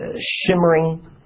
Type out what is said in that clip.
shimmering